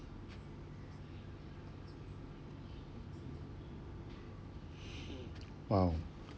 !wow!